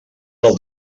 del